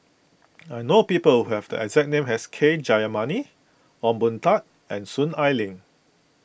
I know people who have the exact name as K Jayamani Ong Boon Tat and Soon Ai Ling